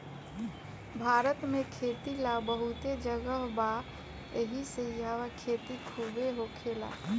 भारत में खेती ला बहुते जगह बा एहिसे इहवा खेती खुबे होखेला